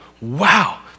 Wow